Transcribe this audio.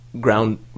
ground